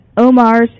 Omar's